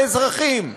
האזרחים,